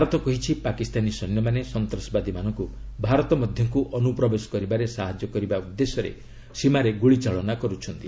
ଭାରତ କହିଛି ପାକିସ୍ତାନୀ ସୈନ୍ୟମାନେ ସନ୍ତାସବାଦୀମାନଙ୍କୁ ଭାରତ ମଧ୍ୟକୁ ଅନୁପ୍ରବେଶ କରିବାରେ ସାହାଯ୍ୟ କରିବା ଉଦ୍ଦେଶ୍ୟରେ ସୀମାରେ ଗୁଳିଚାଳନା କରୁଛନ୍ତି